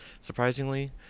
surprisingly